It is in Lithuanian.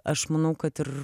aš manau kad ir